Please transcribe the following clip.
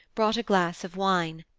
brought a glass of wine.